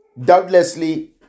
doubtlessly